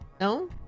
No